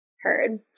Heard